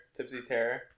tipsyterror